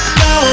no